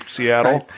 Seattle